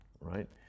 right